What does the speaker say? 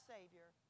Savior